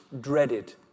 dreaded